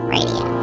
Radio